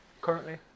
currently